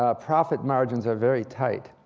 ah profit margins are very tight.